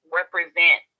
represent